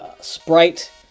sprite